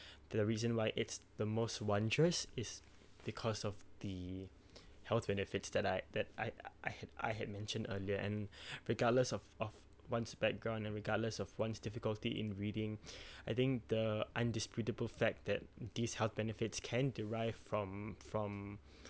the reason why it's the most wondrous is because of the health benefits that I that I I had I had mentioned earlier and regardless of of one's background and regardless of one's difficulty in reading I think the undisputable fact that these health benefits can derive from from